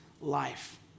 life